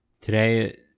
today